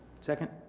Second